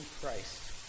Christ